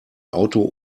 auto